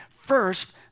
first